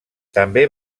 també